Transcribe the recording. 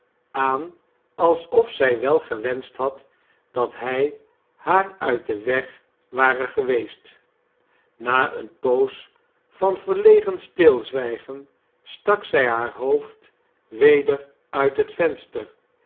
aan alsof zij wel gewenscht had dat hij haar uit den weg ware geweest na eene poos van verlegen stilzwijgen stak zij haar hoofd weder uit het venster